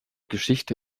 geschichte